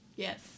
Yes